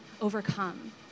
overcome